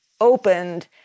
opened